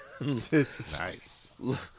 nice